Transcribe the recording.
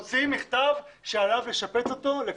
הוא מוציא מכתב שעליו לשפץ את המבנה.